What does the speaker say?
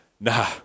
Nah